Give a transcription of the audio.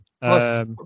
Plus